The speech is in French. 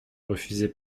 refusez